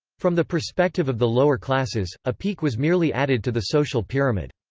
from the perspective of the lower classes, a peak was merely added to the social pyramid.